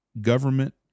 government